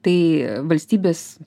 tai valstybės